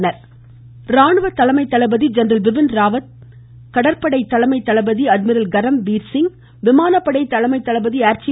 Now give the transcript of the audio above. மமமமம ராஜ்நாத்சிங் ராணுவ தலைமை தளபதி ஜென்ரல் பிபின் ராவத் கப்பற்படை தலைமை தளபதி அட்மிரல் கரம்பீர்சிங் விமானப்படை தலைமை தளபதி ஏர்சீ